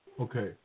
Okay